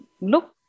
look